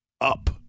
up